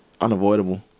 unavoidable